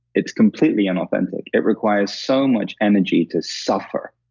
it's completely inauthentic. it requires so much energy to suffer,